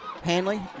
Hanley